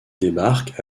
débarquent